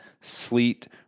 sleet